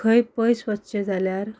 खंय पयस वचचें जाल्यार